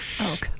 Okay